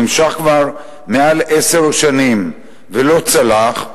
שנמשך כבר מעל עשר שנים ולא צלח,